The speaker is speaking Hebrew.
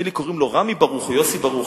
נדמה לי שקוראים לו רמי ברוך או יוסי ברוך,